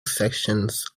sections